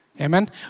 Amen